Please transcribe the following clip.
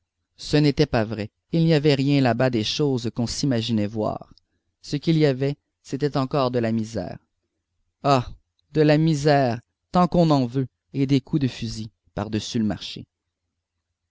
ce n'était pas vrai il n'y avait rien là-bas des choses qu'on s'imaginait voir ce qu'il y avait c'était encore de la misère ah de la misère tant qu'on en veut et des coups de fusil par-dessus le marché